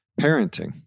parenting